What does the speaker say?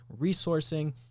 resourcing